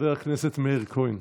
חבר הכנסת מאיר כהן,